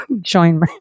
join